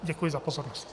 Děkuji za pozornost.